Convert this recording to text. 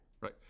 Right